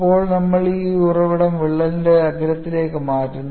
ഇപ്പോൾ നമ്മൾ ഈ ഉറവിടം വിള്ളലിന്റെ അഗ്രത്തിലേക്ക് മാറ്റുന്നു